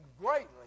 greatly